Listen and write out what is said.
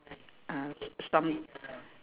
ah some